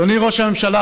אדוני ראש הממשלה,